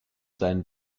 seinen